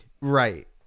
Right